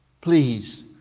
Please